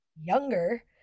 younger